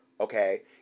okay